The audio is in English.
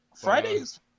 Friday's